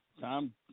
Tom